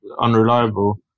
unreliable